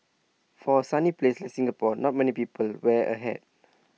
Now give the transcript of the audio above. for A sunny place like Singapore not many people wear A hat